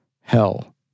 hell